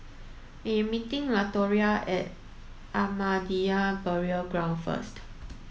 I am meeting Latoria at Ahmadiyya Burial Ground first